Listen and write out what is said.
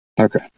Okay